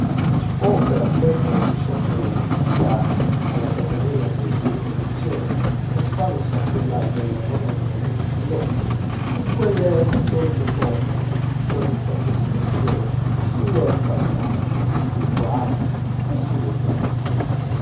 o per appendere il ciondolo italia alla catenella delle sue cognizioni e farlo saltellar nella mano nei momenti d'ozio con quelle solite formule che ogni francese possiede sul paesaggio sul quadro e sull'albergo